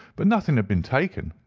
but nothing had been taken.